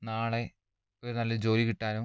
നാളെ ഒരു നല്ല ജോലി കിട്ടാനും